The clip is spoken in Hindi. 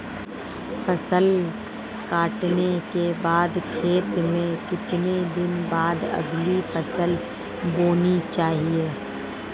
फसल काटने के बाद खेत में कितने दिन बाद अगली फसल बोनी चाहिये?